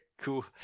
Cool